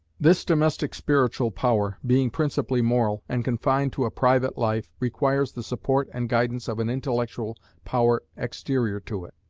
this domestic spiritual power, being principally moral, and confined to a private life, requires the support and guidance of an intellectual power exterior to it,